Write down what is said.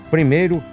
Primeiro